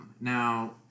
Now